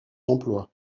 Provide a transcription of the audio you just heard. emploi